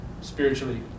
spiritually